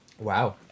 Wow